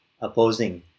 opposing